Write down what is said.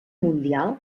mundial